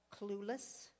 clueless